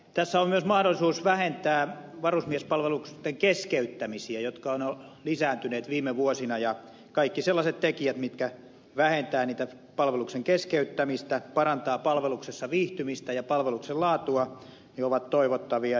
tässä on myös mahdollisuus vähentää varusmiespalveluksen keskeyttämisiä jotka ovat lisääntyneet viime vuosina ja kaikki sellaiset tekijät mitkä vähentävät niitä palveluksen keskeyttämisiä parantavat palveluksessa viihtymistä ja palveluksen laatua ovat toivottavia